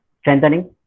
strengthening